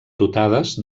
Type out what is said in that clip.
dotades